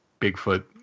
Bigfoot